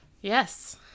Yes